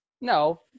no